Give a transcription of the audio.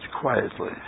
quietly